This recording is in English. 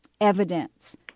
evidence